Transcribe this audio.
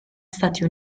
stati